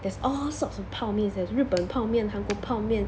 there's all sorts of 泡面 eh there's 日本泡面韩国泡面